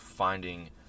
Finding